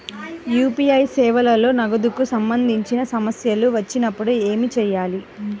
UPI సేవలలో నగదుకు సంబంధించిన సమస్యలు వచ్చినప్పుడు ఏమి చేయాలి?